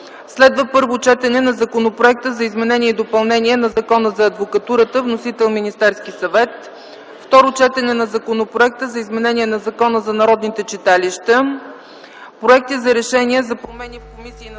2. Първо четене на Законопроекта за изменение и допълнение на Закона за адвокатурата. Вносител - Министерският съвет. 3. Второ четене на Законопроекта за изменение на Закона за народните читалища. 4. Проекти за решения за промени в комисии на